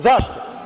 Zašto?